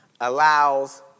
allows